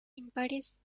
impares